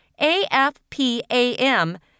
AFPAM